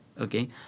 okay